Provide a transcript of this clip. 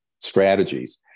strategies